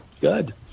Good